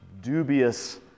dubious